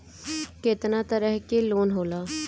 केतना तरह के लोन होला?